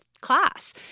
class